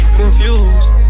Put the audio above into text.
confused